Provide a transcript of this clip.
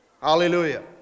Hallelujah